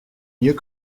mieux